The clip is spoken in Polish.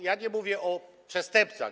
Ja nie mówię o przestępcach.